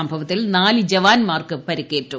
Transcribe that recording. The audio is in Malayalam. സംഭവത്തിൽ നാല് ജവാൻമാർക്ക് പരിക്കേറ്റു